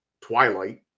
Twilight